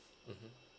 mmhmm